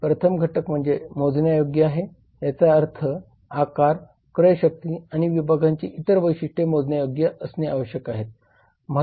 प्रथम घटक मोजण्यायोग्य आहे याचा अर्थ आकार क्रयशक्ती आणि विभागांची इतर वैशिष्ट्ये मोजण्यायोग्य असणे आवश्यक आहे